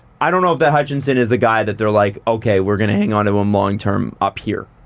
i don't know if that hutchinson is the guy that they're like, okay we're gonna hang on to him long term up here.